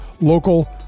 local